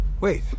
Wait